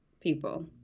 people